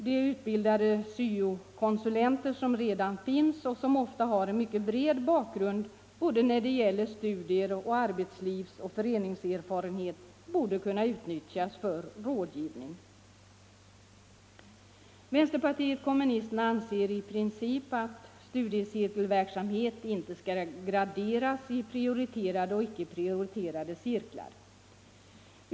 De utbildade syo-konsulenter som redan finns och som ofta har en mycket bred bakgrund när det gäller både studier och arbetslivsoch föreningserfarenhet borde kunna utnyttjas för rådgivning. Vänsterpartiet kommunisterna anser i princip att studiecirkelverksamhet inte skall graderas i prioriterade och icke prioriterade cirklar.